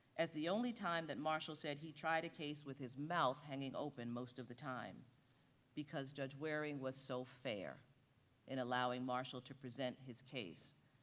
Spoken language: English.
as the only time that marshall said he tried a case with his mouth hanging open most of the time because judge waring was so fair in allowing marshall to present his case,